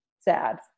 Sad